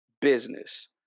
business